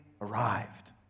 arrived